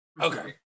Okay